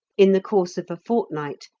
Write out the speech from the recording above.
in the course of a fortnight,